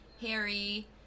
Harry